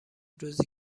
روزی